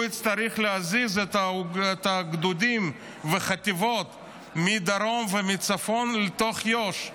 הוא יצטרך להזיז את גדודים וחטיבות מדרום ומצפון לתוך יו"ש,